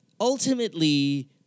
ultimately